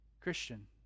Christian